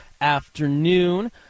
afternoon